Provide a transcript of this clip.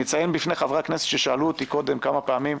אני אציין בפני חברי הכנסת ששאלו אותי קודם כמה פעמים,